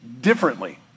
differently